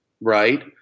right